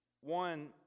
One